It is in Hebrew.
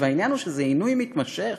העניין הוא שזה עינוי מתמשך,